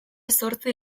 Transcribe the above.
zortzi